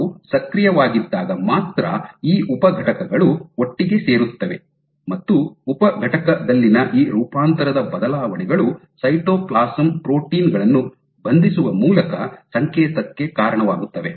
ಅವು ಸಕ್ರಿಯವಾಗಿದ್ದಾಗ ಮಾತ್ರ ಈ ಉಪಘಟಕಗಳು ಒಟ್ಟಿಗೆ ಸೇರುತ್ತವೆ ಮತ್ತು ಉಪಘಟಕದಲ್ಲಿನ ಈ ರೂಪಾಂತರದ ಬದಲಾವಣೆಗಳು ಸೈಟೋಪ್ಲಾಸಂ ಪ್ರೋಟೀನ್ ಗಳನ್ನು ಬಂಧಿಸುವ ಮೂಲಕ ಸಂಕೇತಕ್ಕೆ ಕಾರಣವಾಗುತ್ತವೆ